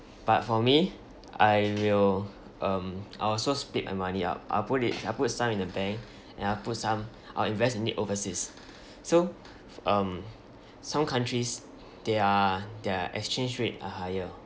but for me I will um I'll also split my money up I'll put it I'll put some in the bank and I'll put some I'll invest in it overseas so um some countries they're their exchange rate are higher